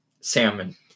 Salmon